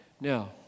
Now